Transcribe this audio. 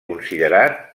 considerat